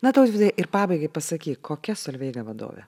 na tautvydai ir pabaigai pasakyk kokia solveiga vadovė